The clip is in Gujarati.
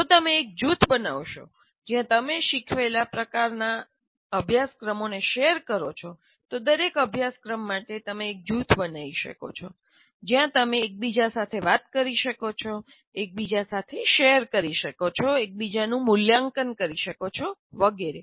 જો તમે એક જૂથ બનાવશો જ્યાં તમે શીખવેલા પ્રકારનાં અભ્યાસક્રમોને શેર કરો છો તો દરેક અભ્યાસક્રમ માટે તમે એક જૂથ બનાવી શકો છો જ્યાં તમે એકબીજા સાથે વાત કરી શકો છો એકબીજા સાથે શેર કરી શકો છો એકબીજાનું મૂલ્યાંકન કરી શકો છો વગેરે